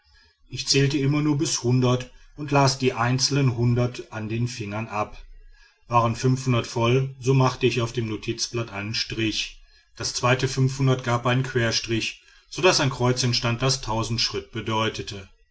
ich zählte immer nur bis und las die einzelnen hunderte an den fingern ab waren voll so machte ich auf dem notizblatt einen strich das zweite gab einen querstrich so daß ein kreuz entstand das schritt bedeutete